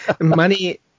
Money